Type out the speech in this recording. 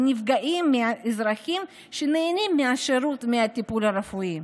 ונפגעים מאזרחים שנהנים מהשירות ומהטיפול הרפואי.